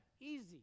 Easy